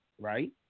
right